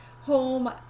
home